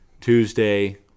Tuesday